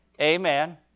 Amen